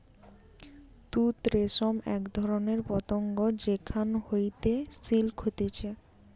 তুত রেশম এক ধরণের পতঙ্গ যেখান হইতে সিল্ক হতিছে